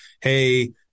Hey